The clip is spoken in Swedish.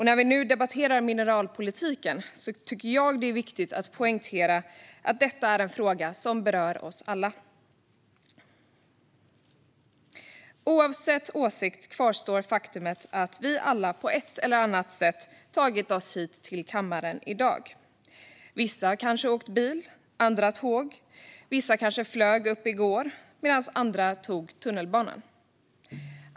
När vi nu debatterar mineralpolitiken tycker jag att det är viktigt att poängtera att detta är en fråga som berör oss alla. Oavsett åsikt kvarstår det faktum att vi alla, på ett eller annat sätt, tagit oss hit till kammaren i dag. Vissa har kanske åkt bil, andra tåg. Vissa kanske flög upp i går, medan andra tog tunnelbanan.